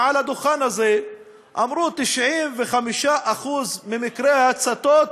מעל הדוכן הזה אמרו: 95% ממקרי ההצתות